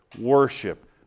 worship